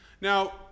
now